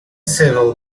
sibyl